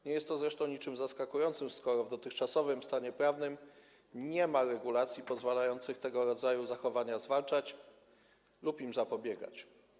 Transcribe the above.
Nie jest to zresztą niczym zaskakującym, skoro w dotychczasowym stanie prawnym nie ma regulacji pozwalających tego rodzaju zachowania zwalczać lub im zapobiegać.